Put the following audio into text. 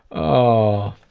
oh,